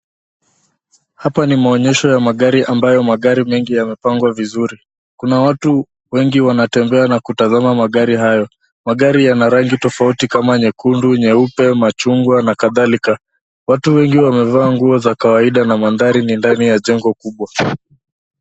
Hapa ni maonyesho ya magari ambayo magari mengi yamepangwa vizuri. Kuna watu wengi wanatembea na kutazama magari hayo. Magari yana rangi tofauti kama nyekundu, nyeupe, machungwa na kadhalika. watu wengi wamevaa nguo za kawaida na mandhari ni ndani ya jengo kuwa.